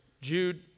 Jude